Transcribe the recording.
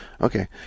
okay